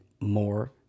more